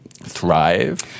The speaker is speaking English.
thrive